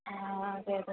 ആ അതേതേ അതേ